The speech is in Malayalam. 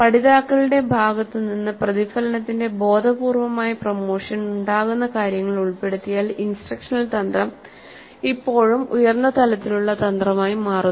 പഠിതാക്കളുടെ ഭാഗത്തുനിന്ന് പ്രതിഫലനത്തിന്റെ ബോധപൂർവമായ പ്രമോഷൻ ഉണ്ടാകുന്ന കാര്യങ്ങൾ ഉൾപ്പെടുത്തിയാൽ ഇൻസ്ട്രക്ഷണൽ തന്ത്രം ഇപ്പോഴും ഉയർന്ന തലത്തിലുള്ള തന്ത്രമായി മാറുന്നു